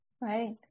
Right